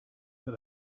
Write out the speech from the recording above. that